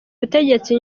butegetsi